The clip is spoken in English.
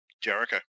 Jericho